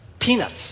peanuts